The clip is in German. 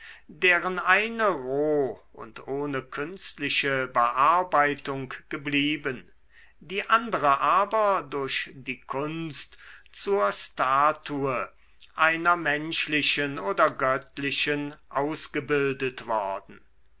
deren eine roh und ohne künstliche bearbeitung geblieben die andere aber durch die kunst zur statue einer menschlichen oder göttlichen ausgebildet worden